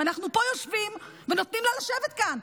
ואנחנו יושבים פה ונותנים לה לשבת כאן,